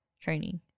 training